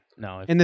No